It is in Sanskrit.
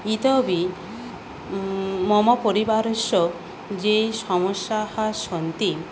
इतोऽपि मम परिवारस्य याः समस्याः सन्ति